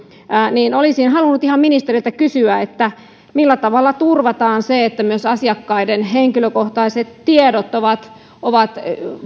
joten olisin halunnut ihan ministeriltä kysyä millä tavalla turvataan se että myös asiakkaiden henkilökohtaiset tiedot ovat ovat